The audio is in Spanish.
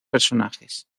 personajes